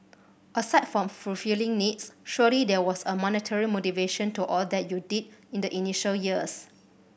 aside from fulfilling needs surely there was a monetary motivation to all that you did in the initial years